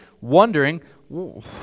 wondering